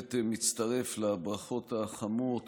ובהחלט מצטרף לברכות החמות